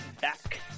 back